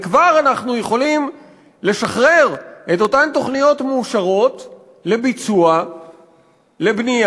וכבר אנחנו יכולים לשחרר את אותן תוכניות מאושרות לביצוע לבנייה.